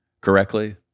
correctly